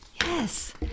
Yes